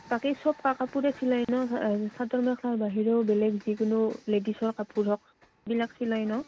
বাকী চব কাপোৰে চিলাই ন চাদৰ মেখলাৰ বাহিৰেও বেলেগ যিকোনো লেডিছৰ কাপোৰ হওক বিলাক চিলাই ন